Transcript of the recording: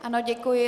Ano, děkuji.